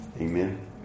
Amen